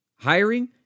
Hiring